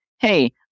hey